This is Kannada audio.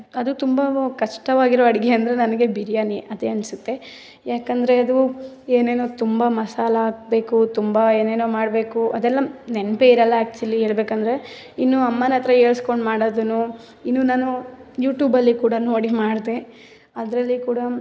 ಅದು ತುಂಬವೊ ಕಷ್ಟವಾಗಿರೊ ಅಡುಗೆ ಅಂದರೆ ನನಗೆ ಬಿರಿಯಾನಿ ಅದೇ ಅನ್ನಿಸುತ್ತೆ ಯಾಕೆಂದರೆ ಅದು ಏನೇನೋ ತುಂಬ ಮಸಾಲ ಹಾಕಬೇಕು ತುಂಬ ಏನೇನೋ ಮಾಡಬೇಕು ಅದೆಲ್ಲ ನೆನಪೇ ಇರೋಲ್ಲ ಆ್ಯಕ್ಚುಲಿ ಹೇಳ್ಬೇಕಂದ್ರೆ ಇನ್ನೂ ಅಮ್ಮನ ಹತ್ರ ಹೇಳ್ಸ್ಕೊಂಡು ಮಾಡೋದೂ ಇನ್ನೂ ನಾನೂ ಯೂಟೂಬಲ್ಲಿ ಕೂಡ ನೋಡಿ ಮಾಡಿದೆ ಅದರಲ್ಲಿ ಕೂಡ